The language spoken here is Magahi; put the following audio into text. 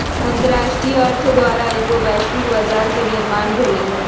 अंतरराष्ट्रीय अर्थ द्वारा एगो वैश्विक बजार के निर्माण भेलइ ह